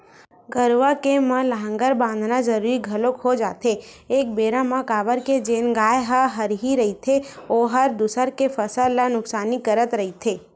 गरुवा के म लांहगर बंधाना जरुरी घलोक हो जाथे एक बेरा म काबर के जेन गाय ह हरही रहिथे ओहर दूसर के फसल ल नुकसानी करत रहिथे